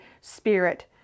Spirit